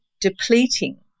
depleting